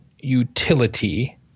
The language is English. utility